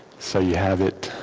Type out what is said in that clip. so you have it